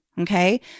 Okay